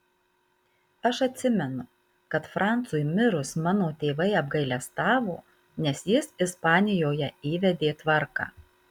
aš atsimenu kad francui mirus mano tėvai apgailestavo nes jis ispanijoje įvedė tvarką